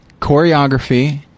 choreography